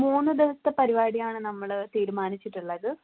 മൂന്ന് ദിവസത്തെ പരിപാടിയാണ് നമ്മള് തീരുമാനിച്ചിട്ടുള്ളത്